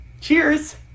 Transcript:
Cheers